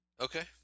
Okay